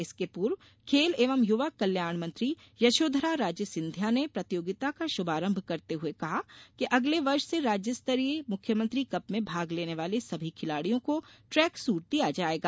इसके पूर्व खेल एवं यूवा कल्याण मंत्री यशोधरा राजे सिंधिया ने प्रतियोगिता का श्रभारंभ करते हुए कहा कि अगले वर्ष से राज्य स्तरीय मुख्यमंत्री कप में भाग लेने वाले सभी खिलाड़ियों को ट्रैक सूट दिया जाएगा